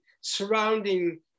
surrounding